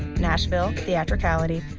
nashville, theatricality,